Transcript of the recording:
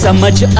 so much